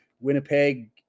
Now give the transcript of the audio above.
Winnipeg